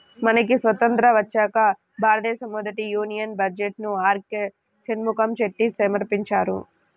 మనకి స్వతంత్రం వచ్చాక భారతదేశ మొదటి యూనియన్ బడ్జెట్ను ఆర్కె షణ్ముఖం చెట్టి సమర్పించారు